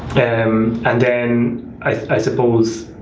um and then i suppose,